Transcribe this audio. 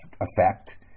effect